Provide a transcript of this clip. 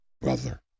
brother